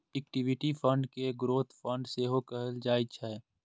equity fund कें growth fund सेहो कहल जाइ छै